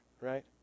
right